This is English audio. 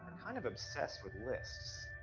kind of obsessed with lists.